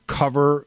cover